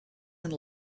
and